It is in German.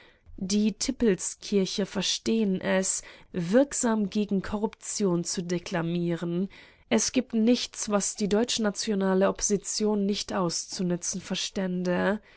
die tippelskirche verstehen es wirksam gegen korruption zu deklamieren es gibt nichts was die deutschnationale opposition nicht auszunützen verstände